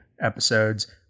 episodes